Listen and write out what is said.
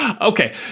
Okay